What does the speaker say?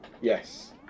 Yes